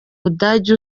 budage